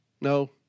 No